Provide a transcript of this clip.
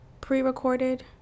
pre-recorded